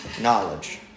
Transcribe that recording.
knowledge